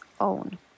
own